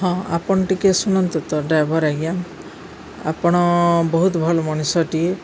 ହଁ ଆପଣ ଟିକେ ଶୁଣନ୍ତୁ ତ ଡ୍ରାଇଭର ଆଜ୍ଞା ଆପଣ ବହୁତ ଭଲ ମଣିଷଟିଏ